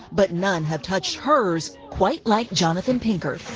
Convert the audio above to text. but none have touched hers quite like jonathan pinker.